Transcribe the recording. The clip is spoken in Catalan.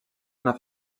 una